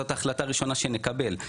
זאת ההחלטה הראשונה שנקבל,